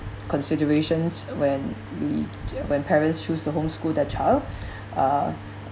considerations when we when parents choose to homeschool their child uh